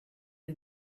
les